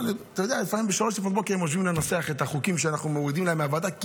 אבל כשמתכנסים פה בחג החנוכה, ויש עובדי כנסת,